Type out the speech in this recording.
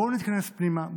בואו נתכנס פנימה,